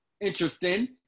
interesting